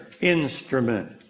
instrument